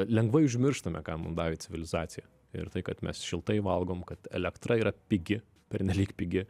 lengvai užmirštame ką mum davė civilizacija ir tai kad mes šiltai valgom kad elektra yra pigi pernelyg pigi